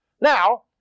Now